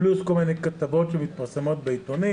פלוס כל מיני כתבות שמתפרסמות בעיתונים